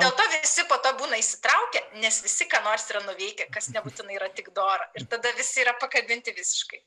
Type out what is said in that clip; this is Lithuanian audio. tai dėl to visi po to būna įsitraukę nes visi ką nors yra nuveikę kas nebūtinai yra tik dora ir tada visi yra pakabinti visiškai